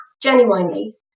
genuinely